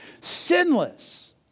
sinless